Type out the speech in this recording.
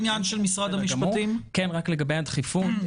לגבי הדחיפות,